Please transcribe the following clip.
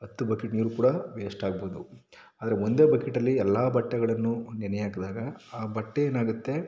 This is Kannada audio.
ಹತ್ತು ಬಕೆಟ್ ನೀರು ಕೂಡ ವೇಸ್ಟ್ ಆಗಬಹುದು ಆದರೆ ಒಂದೇ ಬಕೆಟಲ್ಲಿ ಎಲ್ಲ ಬಟ್ಟೆಗಳನ್ನೂ ನೆನೆ ಹಾಕಿದಾಗ ಆ ಬಟ್ಟೆ ಏನಾಗುತ್ತೆ